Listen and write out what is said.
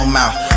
mouth